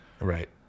right